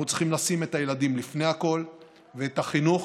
אנחנו צריכים לשים את הילדים לפני הכול ואת החינוך